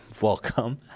welcome